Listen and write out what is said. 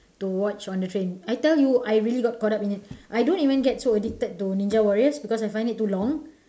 to watch on the train I tell you I really got caught up in it I don't even get so addicted to ninja warrior because I find it too long